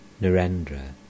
Narendra